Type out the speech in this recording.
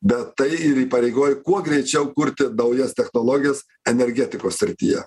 bet tai ir įpareigoja kuo greičiau kurti naujas technologijas energetikos srityje